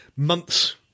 Months